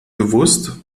bewusst